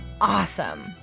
awesome